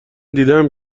دیدهام